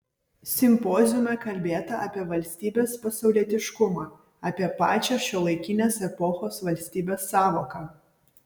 simpoziume kalbėta apie valstybės pasaulietiškumą apie pačią šiuolaikinės epochos valstybės sąvoką